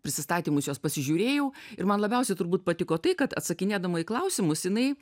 prisistatymus jos pasižiūrėjau ir man labiausiai turbūt patiko tai kad atsakinėdama į klausimus jinai